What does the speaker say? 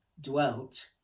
dwelt